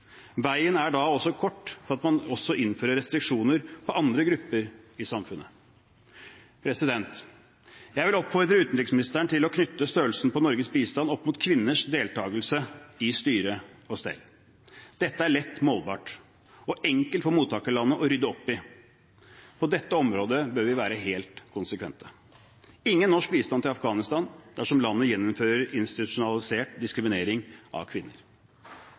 Veien er da også kort for at man også innfører restriksjoner på andre grupper i samfunnet. Jeg vil oppfordre utenriksministeren til å knytte størrelsen på Norges bistand opp mot kvinners deltakelse i styre og stell. Dette er lett målbart og enkelt for mottakerlandene å rydde opp i. På dette området bør vi være helt konsekvente: Ingen norsk bistand til Afghanistan dersom landet gjeninnfører institusjonalisert diskriminering av kvinner.